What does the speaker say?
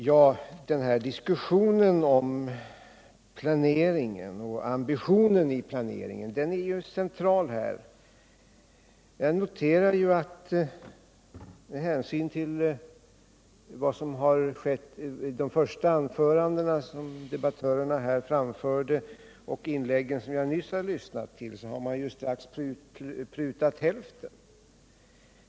Herr talman! Diskussionen om planeringen och ambitionen i planeringen är ju central. Efter att har lyssnat till debattörernas första anföranden och sedan till deras inlägg alldeles nyss noterar jag att man ju snabbt har prutat hälften.